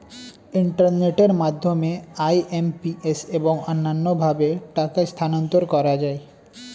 ইন্টারনেটের মাধ্যমে আই.এম.পি.এস এবং অন্যান্য ভাবে টাকা স্থানান্তর করা যায়